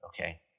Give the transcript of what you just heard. Okay